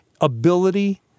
ability